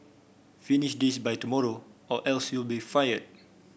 finish this by tomorrow or else you'll be fired